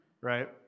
right